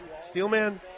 Steelman